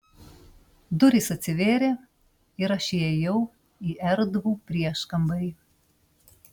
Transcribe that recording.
durys atsivėrė ir aš įėjau į erdvų prieškambarį